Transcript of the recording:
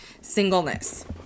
singleness